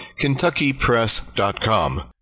kentuckypress.com